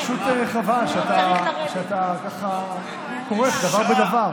פשוט חבל שאתה ככה כורך דבר בדבר.